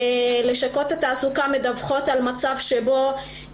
לשכות התעסוקה מדווחות על מצב שבו